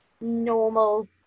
normal